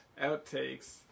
outtakes